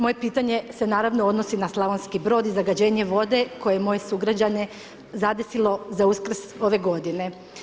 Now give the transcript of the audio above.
Moje pitanje se naravno odnosi na Slavonski Brod i zagađenje vode koje je moje sugrađane zadesilo za Uskrs ove godine.